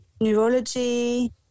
neurology